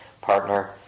partner